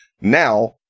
Now